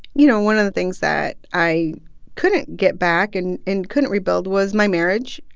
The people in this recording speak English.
you know, one of the things that i couldn't get back and and couldn't rebuild was my marriage.